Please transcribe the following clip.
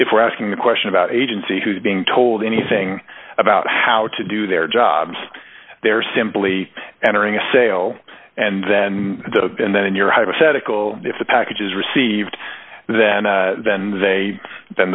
if we're asking the question about agency who's being told anything about how to do their jobs they're simply entering a sale and then the and then your hypothetical if the package is received then then they th